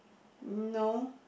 no